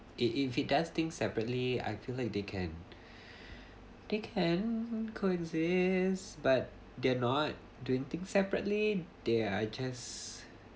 if it does things separately I feel like they can they can coexist but they're not doing things separately they are just